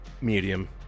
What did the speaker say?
medium